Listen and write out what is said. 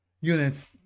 units